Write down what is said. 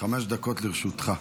חמש דקות לרשותך.